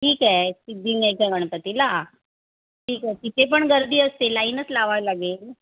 ठीक आहे सिद्धिविनायकच्या गणपतीला ठीक आहे तिथे पण गर्दी असते लाईनच लावाय लागेल